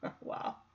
Wow